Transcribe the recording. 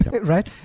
right